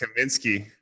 Kaminsky